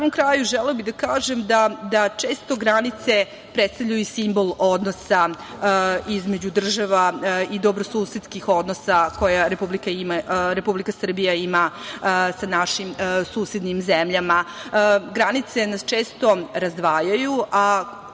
samom kraju želela bih da kažem da često granice predstavljaju i simbol odnosa između država i dobrosusedskih odnosa koja Republika Srbija ima sa našim susednim zemljama. Granice nas često razdvajaju,